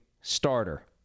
starter